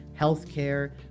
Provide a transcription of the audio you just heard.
healthcare